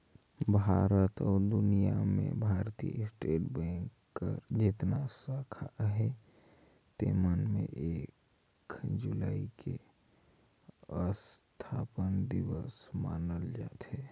भारत अउ दुनियां में भारतीय स्टेट बेंक कर जेतना साखा अहे तेमन में एक जुलाई के असथापना दिवस मनाल जाथे